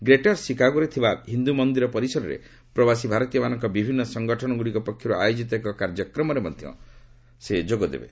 greater ସିକାଗୋରେ ଥିବା ହିନ୍ଦୁ ମନ୍ଦିର ପରିସରରେ ପ୍ରବାସୀ ଭାରତୀୟମାନଙ୍କ ବିଭିନ୍ନ ସଂଗଠନଗୁଡ଼ିକ ପକ୍ଷରୁ ଆୟୋଜିତ ଏକ କାର୍ଯ୍ୟକ୍ରମରେ ମଧ୍ୟ ସେ ଯୋଗଦେବେ